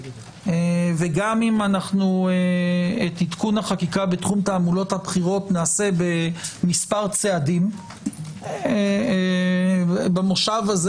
וגם אם את עדכון החקיקה בתחום תעמולת הבחירות נעשה במספר צעדים במושב הזה